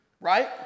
right